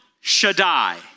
Shaddai